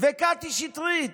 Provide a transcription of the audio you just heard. וקטי שטרית,